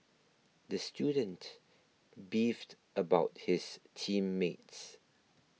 the student beefed about his team mates